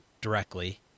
Directly